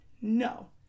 No